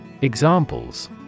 Examples